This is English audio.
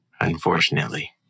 Unfortunately